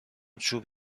چوب